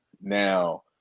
Now